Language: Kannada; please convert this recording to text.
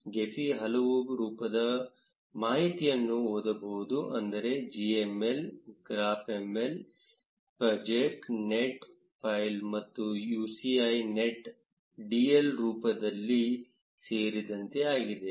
ಗೆಫಿ ಹಲವು ರೂಪದ ಮಾಹಿತಿಯನ್ನು ಓದಬಹುದು ಅಂದರೆ gml graphml pajek net file ಮತ್ತು uci net dl ರೂಪಗಳು ಸೇರಿದಂತೆ ಆಗಿದೆ